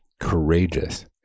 courageous